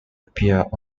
appeared